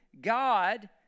God